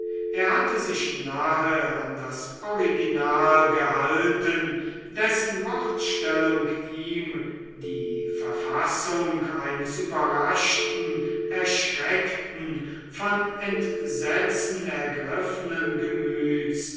er hatte sich nahe an das original gehalten dessen wortstellung ihm die verfassung eines überraschten erschreckten von entsetzen ergriffenen gemüts